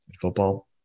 Football